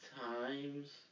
times